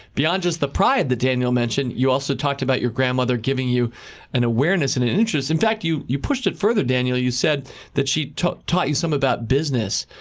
beyond just the pride that daniel mentioned, you also talked about your grandmother giving you an awareness and an interest. in fact, you you pushed it further, daniel. you said that she taught taught you something about business.